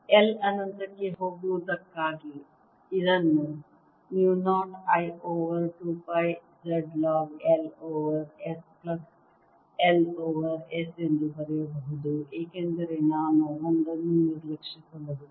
L ಅನಂತಕ್ಕೆ ಹೋಗುವುದಕ್ಕಾಗಿ ಇದನ್ನು mu 0 I over 2 pi Z log L over S plus L over S ಎಂದು ಬರೆಯಬಹುದು ಏಕೆಂದರೆ ನಾನು 1 ಅನ್ನು ನಿರ್ಲಕ್ಷಿಸಬಹುದು